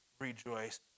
rejoice